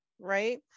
right